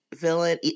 villain